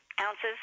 ounces